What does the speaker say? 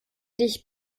dich